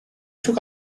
took